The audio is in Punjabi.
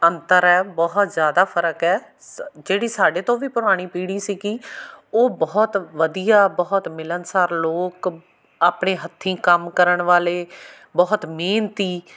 ਅੰਤਰ ਹੈ ਬਹੁਤ ਜ਼ਿਆਦਾ ਫ਼ਰਕ ਹੈ ਸ ਜਿਹੜੀ ਸਾਡੇ ਤੋਂ ਵੀ ਪੁਰਾਣੀ ਪੀੜ੍ਹੀ ਸੀਗੀ ਉਹ ਬਹੁਤ ਵਧੀਆ ਬਹੁਤ ਮਿਲਣਸਾਰ ਲੋਕ ਆਪਣੇ ਹੱਥੀਂ ਕੰਮ ਕਰਨ ਵਾਲੇ ਬਹੁਤ ਮਿਹਨਤੀ